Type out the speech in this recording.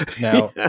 now